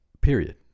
Period